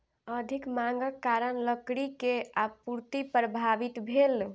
अधिक मांगक कारण लकड़ी के आपूर्ति प्रभावित भेल